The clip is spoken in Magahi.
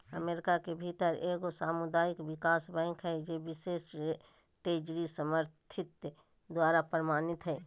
अमेरिका के भीतर एगो सामुदायिक विकास बैंक हइ जे बिशेष ट्रेजरी समर्थित द्वारा प्रमाणित हइ